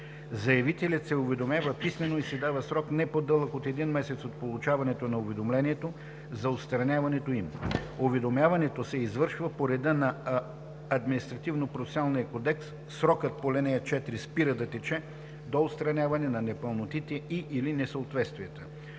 заявителят се уведомява писмено и се дава срок, не по-дълъг от един месец от получаването на уведомлението, за отстраняването им. Уведомяването се извършва по реда на Административнопроцесуалния кодекс. Срокът по ал. 4 спира да тече до отстраняване на непълнотите и/или несъответствията.“